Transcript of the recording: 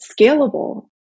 scalable